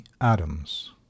Adams